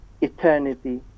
eternity